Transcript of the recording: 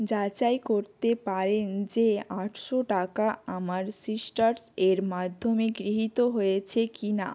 যাচাই করতে পারেন যে আটশো টাকা আমার সিট্রাসের মাধ্যমে গৃহীত হয়েছে কিনা